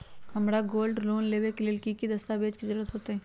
हमरा gold loan लेबे के लेल कि कि दस्ताबेज के जरूरत होयेत?